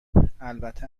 البته